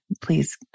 Please